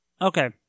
Okay